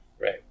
right